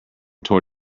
tore